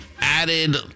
added